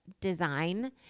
design